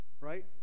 Right